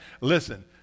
listen